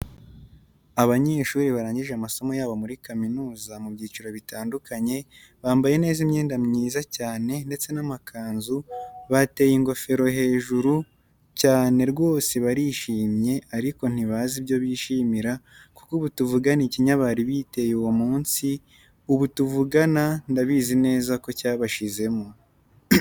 Abanyeshuri barangije amasomo yabo muri kaminuza mu byiciro bitandukanye, bambaye imyenda myiza cyane ndetse n'amakanzu bateye ingofero hejuru cyane rwose barishimye ariko ntibazi ibyo bishimira kuko ubu tuvugana ikinya bari biteye uwo munsi ubu tuvugana ndabizi neza ko cyabashizemo.